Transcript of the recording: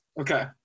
Okay